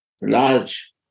large